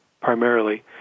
primarily